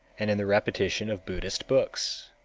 and in the repetition of buddhist books.